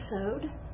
episode